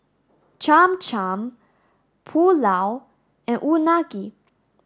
Cham Cham Pulao and Unagi